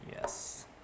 Yes